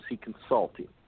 Consulting